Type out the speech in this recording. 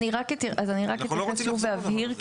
אז אני רק אתייחס שוב והבהיר,